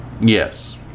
Yes